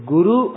Guru